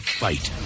fight